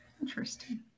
interesting